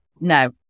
No